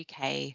UK